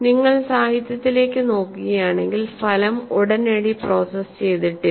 നിങ്ങൾ സാഹിത്യത്തിലേക്ക് നോക്കുകയാണെങ്കിൽ ഫലം ഉടനടി പ്രോസസ്സ് ചെയ്തിട്ടില്ല